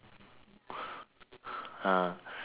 ah